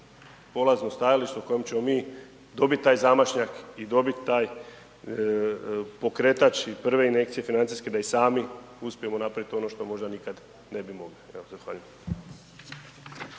polazno stajalište na kojem ćemo mi dobit taj zamašnjak i dobit taj pokretač i prve injekcije financijske da i sami uspijemo napraviti ono što možda nikad ne bi mogli.